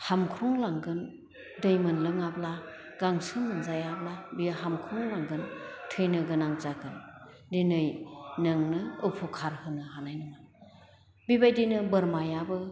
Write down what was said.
हामख्रंलांगोन दै मोनलोङाब्ला गांसो मोनजायाब्ला बियो हामख्रंलांगोन थैनो गोनां जागोन दिनै नोंनो अफुखार होनो हानाय नङा बेबायदिनो बोरमायाबो